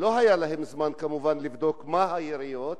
ולא היה להם זמן כמובן לבדוק מה היריות,